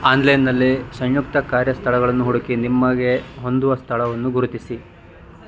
ಆನ್ಲೈನಲ್ಲಿ ಸಂಯುಕ್ತ ಕಾರ್ಯಸ್ಥಳಗಳನ್ನು ಹುಡುಕಿ ನಿಮಗೆ ಹೊಂದುವ ಸ್ಥಳವನ್ನು ಗುರುತಿಸಿ